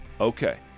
Okay